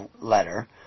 letter